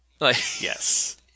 Yes